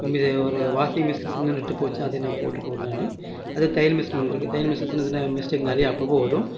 இந்த ஒரு washing machine நட்டு போச்சுன்னால் அதையும் நான் போட்டுக்குவேன் நான் அதே தையல் மிஷின் ஒன்று இருக்குது தையல் மிஷின் சின்னச் சின்ன மிஸ்டேக் நிறையா அப்போது அப்போது வரும்